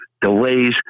delays